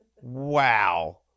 Wow